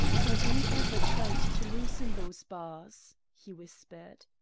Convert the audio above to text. have you ever tried to loosen those bars? he whispered.